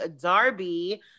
Darby